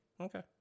Okay